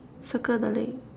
circle the leg